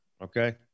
okay